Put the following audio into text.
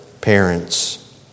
parents